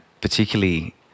particularly